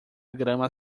grama